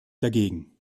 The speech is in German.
dagegen